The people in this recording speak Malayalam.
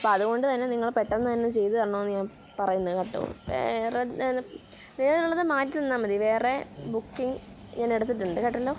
അപ്പം അതുകൊണ്ടുതന്നെ നിങ്ങൾ പെട്ടെന്നു തന്നെ ചെയ്തു തരണമെന്നു ഞാൻ പറയുന്നതു കേട്ടോ വേറെ വേറെ ഉള്ളത് മാറ്റി തന്നാൽ മതി വേറെ ബുക്കിങ് ഞാൻ എടുത്തിട്ടുണ്ട് കേട്ടല്ലോ